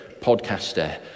podcaster